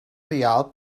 rialb